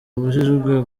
babujijwe